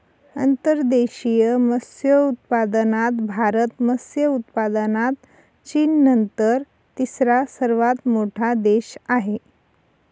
अंतर्देशीय मत्स्योत्पादनात भारत मत्स्य उत्पादनात चीननंतर तिसरा सर्वात मोठा देश आहे